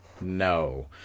no